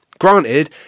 Granted